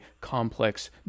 complex